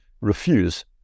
refuse